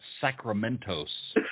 Sacramentos